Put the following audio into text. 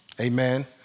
amen